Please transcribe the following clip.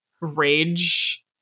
rage